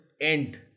end